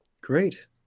Great